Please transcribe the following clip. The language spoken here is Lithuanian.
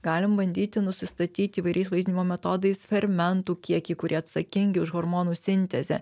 galim bandyti nusistatyti įvairiais vaizdinimo metodais fermentų kiekį kurie atsakingi už hormonų sintezę